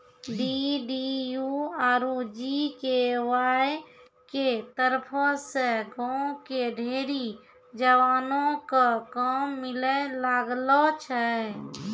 DDU आरु GKY के तरफो से गांव के ढेरी जवानो क काम मिलै लागलो छै